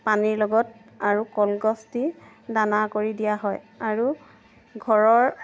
পানীৰ লগত আৰু কলগছ দি দানা কৰি দিয়া হয় আৰু ঘৰৰ